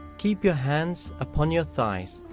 keep your hands upon your thighs,